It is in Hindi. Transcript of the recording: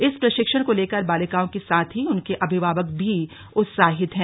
इस प्रशिक्षण को लेकर बालिकाओं के साथ ही उनके अभिभावक भी उत्साहित हैं